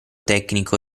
tecnico